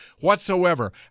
whatsoever